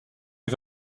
les